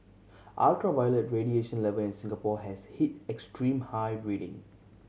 ultraviolet radiation level in Singapore has hit extreme high reading